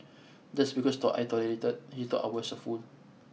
just because I tolerated that he thought I was a fool